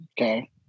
Okay